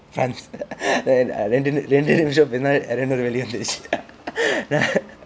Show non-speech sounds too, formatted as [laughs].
france [laughs] then then இரண்டு இரண்டு நிமிடம் பேசினாலே இருநூறு வெள்ளி வந்திருச்சு:irandu irandu nimidam pesinaale irunuru velli vanthiruchu [laughs]